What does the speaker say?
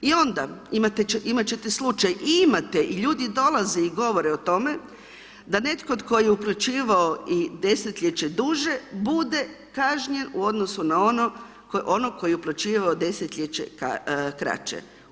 I onda imati ćete slučaj i imate i ljudi dolaze i govore o tome, da netko tko je uplaćivao i desetljeće duže bude kažnjen u odnosu na onog koji je uplaćivao desetljeće kraće.